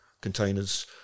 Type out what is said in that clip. containers